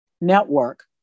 network